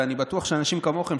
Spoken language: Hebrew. ואני בטוח שאנשים כמוכם,